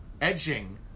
edging